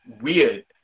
Weird